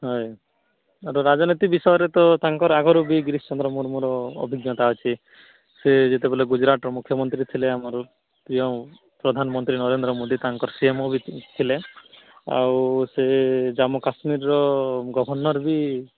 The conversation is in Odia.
ହାଏ ରାଜନୀତି ବିଷୟରେ ତ ତାଙ୍କର ଆଗରୁ ବି ଗିରିଶ ଚନ୍ଦ୍ର ମୁର୍ମୁର ଅଭିଜ୍ଞତା ଅଛି ସେ ଯେତେବେଲେ ଗୁଜୁରାଟର ମୁଖ୍ୟମନ୍ତ୍ରୀ ଥିଲେ ଆମର ପ୍ରିୟ ପ୍ରଧାନମନ୍ତ୍ରୀ ନରେନ୍ଦ୍ର ମୋଦୀ ତାଙ୍କର ସି ଏମ୍ ବି ଥିଲେ ଆଉ ସେ ଜାମ୍ମୁ କାଶ୍ମୀରର ଗଭର୍ଣ୍ଣର୍ ବି